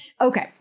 Okay